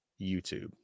YouTube